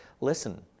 listen